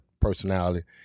personality